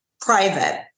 private